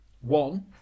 one